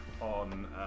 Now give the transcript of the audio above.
on